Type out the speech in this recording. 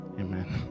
Amen